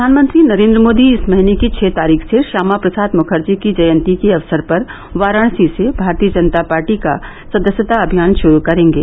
प्रधानमंत्री नरेन्द्र मोदी इस महीने की छः तारीख से श्यामा प्रसाद मुखर्जी की जयंती के अवसर पर वाराणसी से भारतीय जनता पार्टी का सदस्यता अभियान श्रू करेंगे